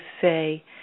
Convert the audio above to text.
say